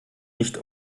nicht